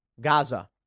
Gaza